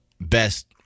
best